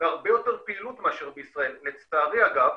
ופעילות מאשר בישראל, לצערי אגב